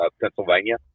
Pennsylvania